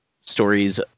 stories